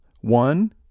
One